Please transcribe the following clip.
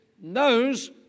knows